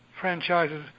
franchises